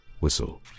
Whistle